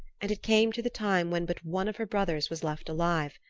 and it came to the time when but one of her brothers was left alive,